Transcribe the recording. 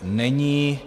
Není.